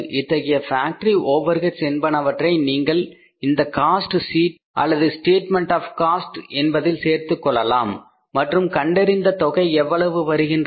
இத்தகைய factory overheads என்பனவற்றை நீங்கள் இந்த காஸ்ட் என்பதில் சேர்த்துக் கொள்ளலாம் மற்றும் கண்டறிந்த தொகை எவ்வளவு வருகின்றது